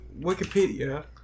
Wikipedia